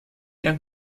eran